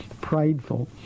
prideful